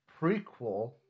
prequel